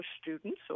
students